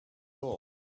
all